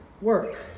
work